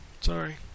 sorry